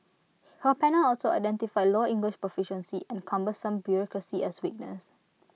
her panel also identified low English proficiency and cumbersome bureaucracy as weaknesses